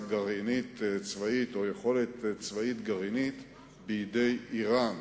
גרעינית צבאית או יכולת צבאית גרעינית בידי אירן,